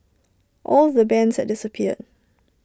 all the bands had disappeared